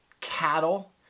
cattle